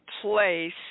place